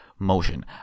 motion